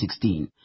2016